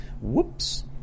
Whoops